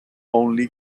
only